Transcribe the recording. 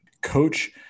coach